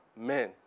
men